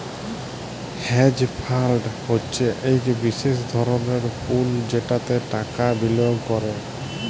hedge fund হছে ইক বিশেষ ধরলের পুল যেটতে টাকা বিলিয়গ ক্যরে